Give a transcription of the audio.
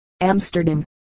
Amsterdam